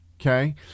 okay